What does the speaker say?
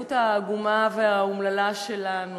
המציאות העגומה והאומללה שלנו,